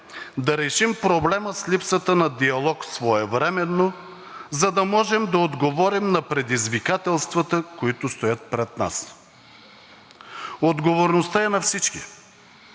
да решим проблема с липсата на диалог своевременно, за да можем да отговорим на предизвикателствата, които стоят пред нас. Отговорността е на всички.